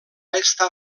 estar